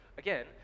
again